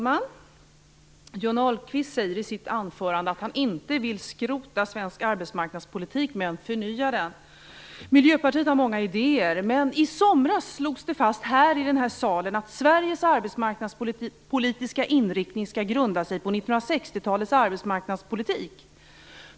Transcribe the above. Fru talman! Johnny Ahlqvist säger i sitt anförande att han inte vill skrota svensk arbetsmarknadspolitik utan förnya den. Miljöpartiet har många idéer. Men i somras slogs det fast i den här salen att Sveriges arbetsmarknadspolitiska inriktning skall grunda sig på 1960-talets arbetsmarknadspolitik.